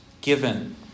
given